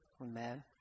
amen